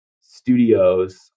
studios